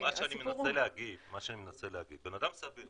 הסיפור הוא --- מה שאני מנסה להגיד הוא שבן אדם כזה,